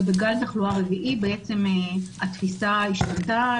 בגל התחלואה הרביעי בעצם התפיסה השתנתה,